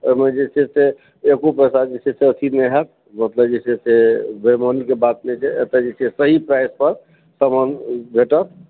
ओहिमे जे छै से एको पैसा जे छै से अथी नहि होयत एतऽ जे छै से बेइमानीके बात नहि छै एतऽ जे छै से सही प्राइस पर समान भेटत